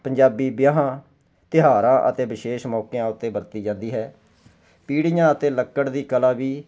ਪੰਜਾਬੀ ਵਿਆਹਾਂ ਤਿਉਹਾਰਾਂ ਅਤੇ ਵਿਸ਼ੇਸ਼ ਮੌਕਿਆਂ ਉੱਤੇ ਵਰਤੀ ਜਾਂਦੀ ਹੈ ਪੀੜ੍ਹੀਆਂ ਅਤੇ ਲੱਕੜ ਦੀ ਕਲਾ ਵੀ